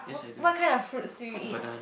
what kind of fruits do you eat